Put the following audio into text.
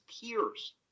peers